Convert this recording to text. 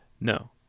no